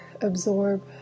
absorb